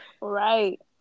Right